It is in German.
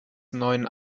neuen